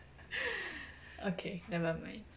okay nevermind